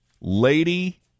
Lady